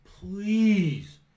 Please